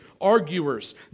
arguers